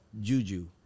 juju